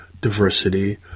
diversity